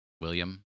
William